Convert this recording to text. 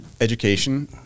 education